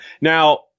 Now